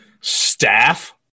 staff